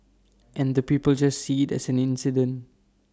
and the people just see IT as an incident